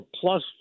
plus